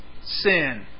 sin